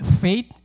faith